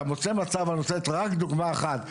אתה מוצא מצב ואני רוצה לתת רק דוגמא אחת,